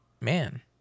man